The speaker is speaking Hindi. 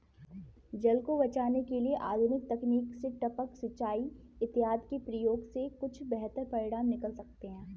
जल को बचाने के लिए आधुनिक तकनीक से टपक सिंचाई इत्यादि के प्रयोग से कुछ बेहतर परिणाम निकल सकते हैं